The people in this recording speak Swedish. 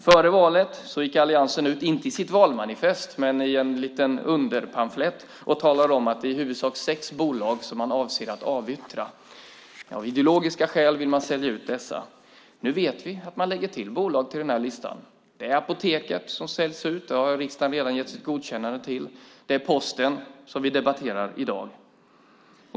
Före valet gick alliansen ut - inte i sitt valmanifest men i en liten underpamflett - och talade om att det i huvudsak är sex bolag som man avser att avyttra. Av ideologiska skäl vill man sälja ut dessa. Nu vet vi att man lägger till bolag till den här listan. Det är Apoteket som säljs ut. Det har riksdagen redan gett sitt godkännande till. Det är Posten som vi debatterar i dag.